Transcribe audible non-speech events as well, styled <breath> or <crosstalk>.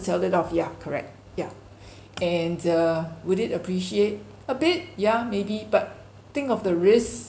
sell it off yeah correct yeah <breath> and uh would it appreciate a bit ya maybe but think of the risk